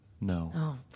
No